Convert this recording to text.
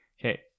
okay